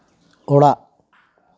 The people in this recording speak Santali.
ᱚᱲᱟᱜ